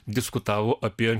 diskutavo apie